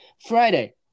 Friday